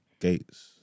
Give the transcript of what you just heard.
gates